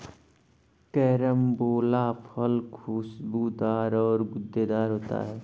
carambola फल खुशबूदार और गूदेदार होते है